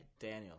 Daniel